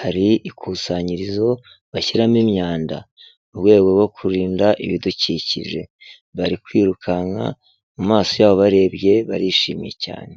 hari ikusanyirizo bashyiramo imyanda mu rwego rwo kurinda ibidukikije. Bari kwirukanka mu maso yabo ubarebye barishimye cyane.